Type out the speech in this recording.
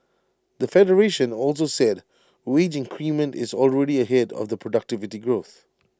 the federation also said wage increment is already ahead of productivity growth